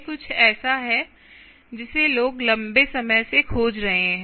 यह कुछ ऐसा है जिसे लोग लंबे समय से खोज रहे हैं